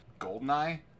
Goldeneye